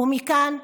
ומכאן,